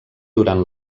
durant